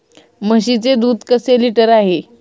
म्हशीचे दूध कसे लिटर आहे?